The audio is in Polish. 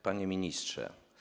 Panie Ministrze!